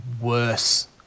worse